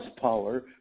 power